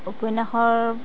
উপন্যাসৰ